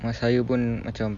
mak saya pun macam